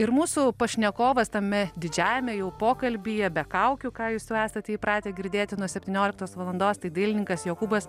ir mūsų pašnekovas tame didžiajame jau pokalbyje be kaukių ką jūs jau esate įpratę girdėti nuo septynioliktos valandos tai dailininkas jokūbas